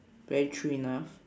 very true enough